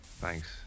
Thanks